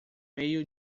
meio